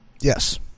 Yes